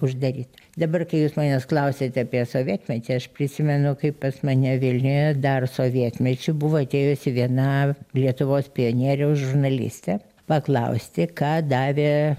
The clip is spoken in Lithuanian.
uždaryt dabar kai jūs manęs klausėt apie sovietmetį aš prisimenu kaip pas mane vilniuje dar sovietmečiu buvo atėjusi viena lietuvos pionieriaus žurnalistė paklausti ką davė